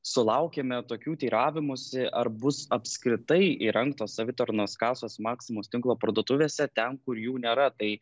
sulaukėme tokių teiravimųsi ar bus apskritai įrengtos savitarnos kasos maksimos tinklo parduotuvėse ten kur jų nėra tai